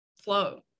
flow